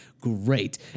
great